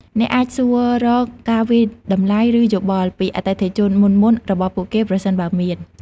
អ្នកអាចសួររក ការវាយតម្លៃ ឬយោបល់ ពីអតិថិជនមុនៗរបស់ពួកគេ ប្រសិនបើមាន។